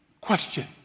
question